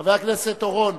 חבר הכנסת אורון,